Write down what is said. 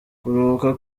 kuruhuka